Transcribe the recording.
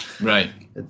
right